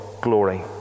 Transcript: glory